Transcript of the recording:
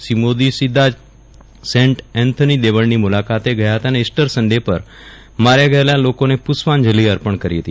શ્રી મોદી સીધા જ saint Anthony દેવળની મુલાકાતે ગયા હતા અન ઇસ્ટર સંડે પર માર્યા ગયેલા લોકોને પુષ્પાંજલિ અર્પણ કરી હતી